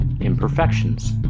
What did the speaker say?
imperfections